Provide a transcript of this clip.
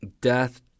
death